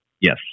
Yes